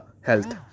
health